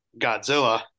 Godzilla